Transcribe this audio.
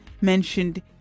mentioned